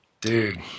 Dude